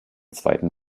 zweiten